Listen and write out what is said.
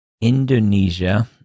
indonesia